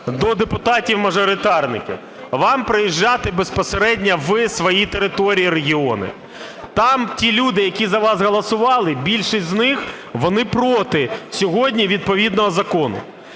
до депутатів-мажоритарників. Вам приїжджати безпосередньо на свої території, в регіони. Там ті люди, які за вас голосували, більшість з них, вони проти сьогодні відповідного закону.